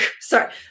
sorry